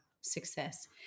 success